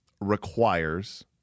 requires